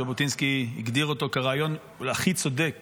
ז'בוטינסקי הגדיר אותו כרעיון הכי צודק